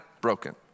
broken